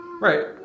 Right